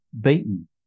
beaten